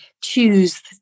choose